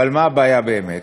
אבל מה הבעיה באמת?